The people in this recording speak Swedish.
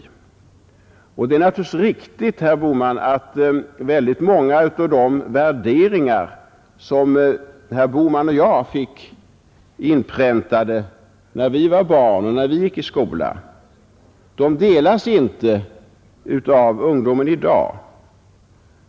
Nu är det ju så, herr Bohman, att väldigt många av de värderingar, som herr Bohman och jag fick inpräntade när vi var barn och när vi gick i skolan, delas inte av ungdomen i dag.